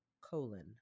colon